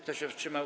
Kto się wstrzymał?